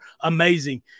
amazing